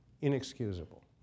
inexcusable